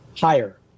Higher